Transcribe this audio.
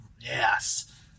Yes